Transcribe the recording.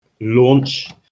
launch